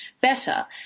better